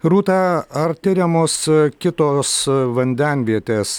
rūta ar tiriamos kitos vandenvietės